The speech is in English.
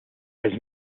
was